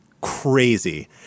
crazy